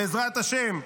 בעזרת השם,